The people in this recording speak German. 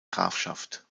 grafschaft